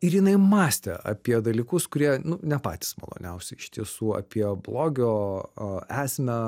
ir jinai mąstė apie dalykus kurie ne patys maloniausi iš tiesų apie blogio esmę